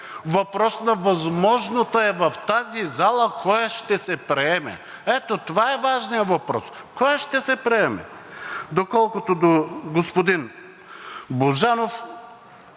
Въпрос на възможното е в тази зала кое ще се приеме. Ето това е важният въпрос: кое ще се приеме? Колкото до господин Божанов,